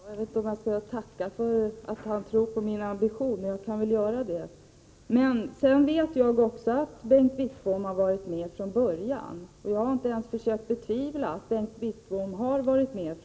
Fru talman! Jag vet inte om jag skall tacka för att Bengt Wittbom tror på mina ambitioner, men jag kan göra det. Sedan vet jag också att Bengt Wittbom varit med från början, och jag har inte heller sagt någonting annat.